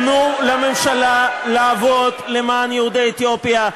תנו לממשלה לעבוד למען יהודי אתיופיה.